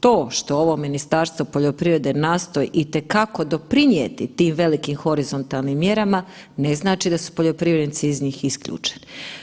To što ovo Ministarstvo poljoprivrede nastoji i te kako doprinijeti tih velikim horizontalnim mjerama ne znači da su poljoprivrednici iz njih isključeni.